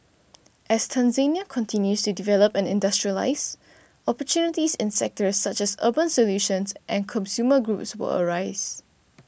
as Tanzania continues to develop and industrialise opportunities in sectors such as urban solutions and consumer goods will arise